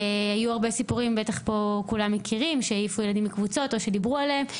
היו הרבה סיפורים שהעיפו ילדים מקבוצות או שדיברו עליהם.